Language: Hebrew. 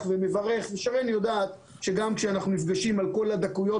שרן יודעת, גם כשאנחנו נפגשים על כל הדקויות